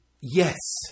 Yes